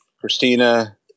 Christina